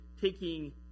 taking